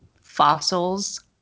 fossils